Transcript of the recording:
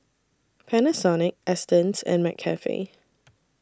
Panasonic Astons and McCafe